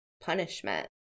punishment